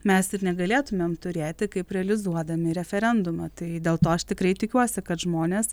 mes ir negalėtumėm turėti kaip realizuodami referendumą tai dėl to aš tikrai tikiuosi kad žmonės